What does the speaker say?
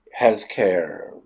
Healthcare